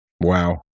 Wow